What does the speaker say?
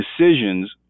decisions